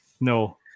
No